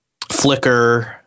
Flickr